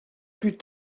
plus